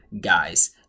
guys